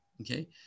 Okay